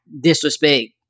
disrespect